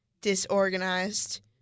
disorganized